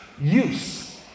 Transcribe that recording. Use